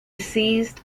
seized